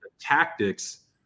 tactics